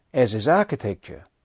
as is architecture.